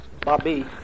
Bobby